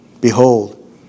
Behold